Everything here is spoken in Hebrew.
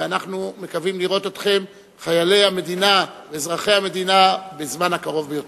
ואנחנו מקווים לראות אתכם חיילי המדינה ואזרחי המדינה בזמן הקרוב ביותר.